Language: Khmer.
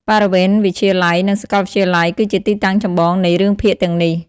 បរិវេណវិទ្យាល័យ និង សាកលវិទ្យាល័យ គឺជាទីតាំងចម្បងនៃរឿងភាគទាំងនេះ។